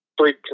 Three